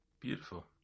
Beautiful